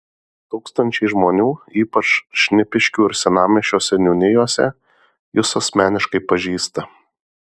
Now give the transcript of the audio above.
tūkstančiai žmonių ypač šnipiškių ir senamiesčio seniūnijose jus asmeniškai pažįsta